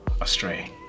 astray